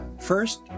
First